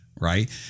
Right